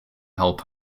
help